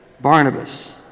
Barnabas